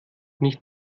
nicht